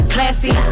Classy